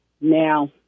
Now